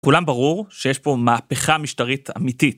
לכולם ברור שיש פה מהפכה משטרית אמיתית.